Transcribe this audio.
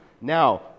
Now